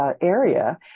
area